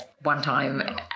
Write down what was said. one-time